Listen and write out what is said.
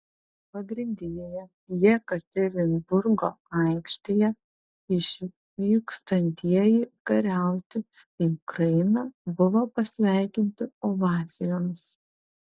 pagrindinėje jekaterinburgo aikštėje išvykstantieji kariauti į ukrainą buvo pasveikinti ovacijomis